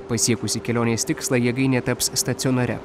pasiekusi kelionės tikslą jėgainė taps stacionaria